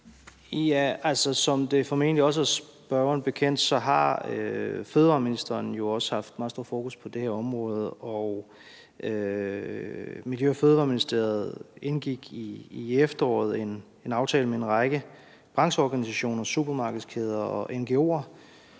Jørgensen): Som det formentlig også er spørgeren bekendt, har fødevareministeren jo også haft meget stor fokus på det her område. Miljø- og Fødevareministeriet indgik i efteråret en aftale med en række brancheorganisationer, supermarkedskæder, ngo'er